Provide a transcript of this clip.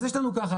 אז יש לנו ככה,